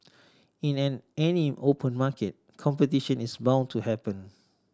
in any open market competition is bound to happen